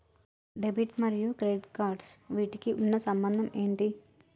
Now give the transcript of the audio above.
Debit మరియు credit cards వీటికి ఉన్న సంబంధం ఏంటి?